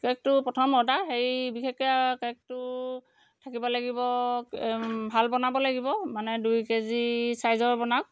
কেকটো প্ৰথম অৰ্ডাৰ হেৰি বিশেষকৈ কেকটো থাকিব লাগিব ভাল বনাব লাগিব মানে দুই কে জি চাইজৰ বনাওক